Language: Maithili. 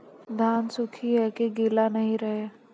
धान सुख ही है की गीला नहीं रहे?